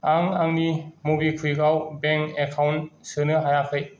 आं आंनि मबिकुविकआव बेंक एकाउन्ट सोनो हायाखै